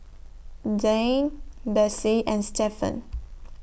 Dayne Bessie and Stefan